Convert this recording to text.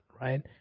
right